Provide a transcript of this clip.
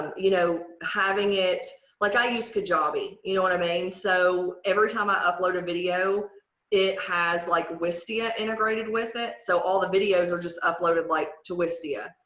um you know having it like i use kajabi you know what i mean? so every time i upload a video it has like wistia integrated with it. so all the videos are just uploaded like to wistia.